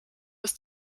ist